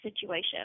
situation